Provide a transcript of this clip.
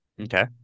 Okay